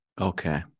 Okay